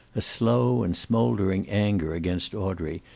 a slow and smoldering anger against audrey,